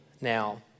now